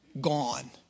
gone